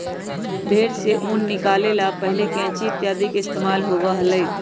भेंड़ से ऊन निकाले ला पहले कैंची इत्यादि के इस्तेमाल होबा हलय